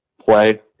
play